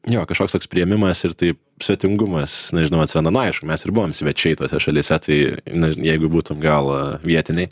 jo kažkoks toks priėmimas ir taip svetingumas nežinau atsiranda na aišku mes ir buvom svečiai tose šalyse tai na jeigu būtų gal vietiniai